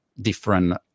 different